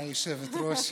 היושבת-ראש,